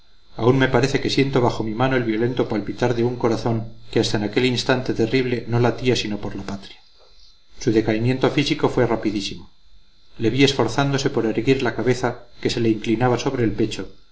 aún me parece que siento bajo mi mano el violento palpitar de un corazón que hasta en aquel instante terrible no latía sino por la patria su decaimiento físico fue rapidísimo le vi esforzándose por erguir la cabeza que se le inclinaba sobre el pecho